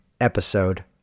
episode